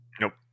Nope